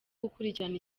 gukurikirana